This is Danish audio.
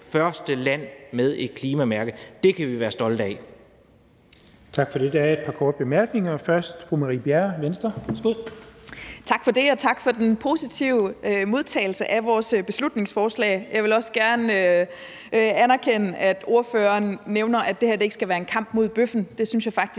formand (Jens Henrik Thulesen Dahl): Tak for det. Der er et par korte bemærkninger, først fra fru Marie Bjerre, Venstre. Værsgo. Kl. 12:42 Marie Bjerre (V): Tak for det, og tak for den positive modtagelse af vores beslutningsforslag. Jeg vil også gerne anerkende, at ordføreren nævner, at det her ikke skal være en kamp mod bøffen. Det synes jeg faktisk